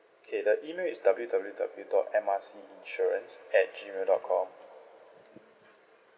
okay the email is W_W_W dot M R C insurance at gmail dot com